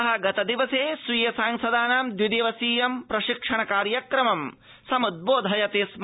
सः गतदिवसे स्वीय सांसदानां द्विदिवसीयं प्रशिक्षण कार्यक्रमं समुद्वोधयति स्म